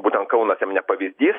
būtent kaunas jam ne pavyzdys